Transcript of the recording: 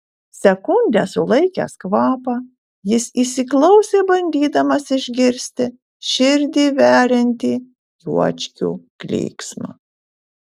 sekundę sulaikęs kvapą jis įsiklausė bandydamas išgirsti širdį veriantį juočkių klyksmą